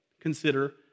consider